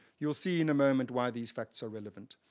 you'll see in a moment why these facts are relevant.